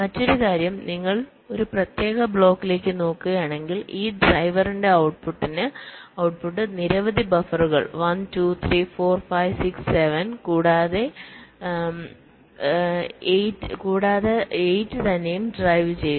മറ്റൊരു കാര്യം നിങ്ങൾ ഒരു പ്രത്യേക ബ്ലോക്കിലേക്ക് നോക്കുകയാണെങ്കിൽ ഈ ഡ്രൈവറിന്റെ ഔട്ട്പുട്ട് നിരവധി ബഫറുകൾ 1 2 3 4 5 6 7 കൂടാതെ 8 തന്നെയും ഡ്രൈവ് ചെയ്യുന്നു